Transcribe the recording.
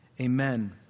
Amen